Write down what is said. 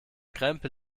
krempel